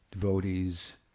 devotees